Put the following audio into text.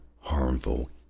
harmful